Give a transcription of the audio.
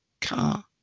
car